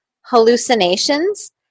hallucinations